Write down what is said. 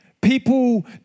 people